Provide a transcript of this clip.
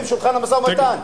סביב שולחן המשא-ומתן.